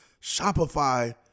Shopify